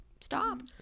stop